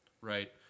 Right